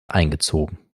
eingezogen